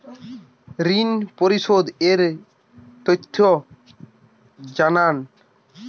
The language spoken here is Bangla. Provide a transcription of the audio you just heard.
ঋন পরিশোধ এর তথ্য জানান